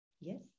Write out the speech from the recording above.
yes